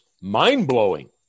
mind-blowing